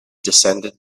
descended